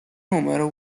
numero